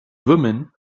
woman